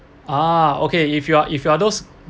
ah okay if you are if you are those